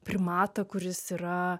primatą kuris yra